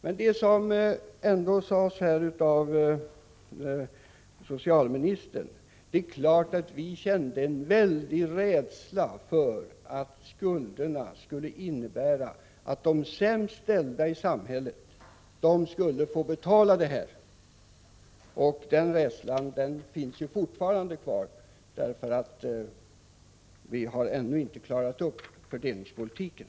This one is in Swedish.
Men, som också socialministern sade, det är klart att vi kände en väldigt stor rädsla för att skulderna skulle innebära att de sämst ställda i samhället fick betala kostnaderna för dem. Den rädslan finns fortfarande, för vi har ännu inte klarat upp fördelningspolitiken.